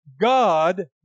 God